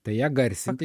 tai ją garsinti